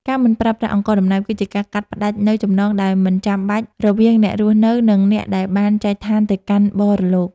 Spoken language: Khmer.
ការមិនប្រើប្រាស់អង្ករដំណើប គឺជាការកាត់ផ្តាច់នូវចំណងដែលមិនចាំបាច់រវាងអ្នករស់នៅ និងអ្នកដែលបានចែកឋានទៅកាន់បរលោក។